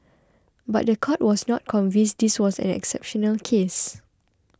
but the court was not convinced this was an exceptional case